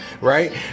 right